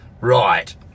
right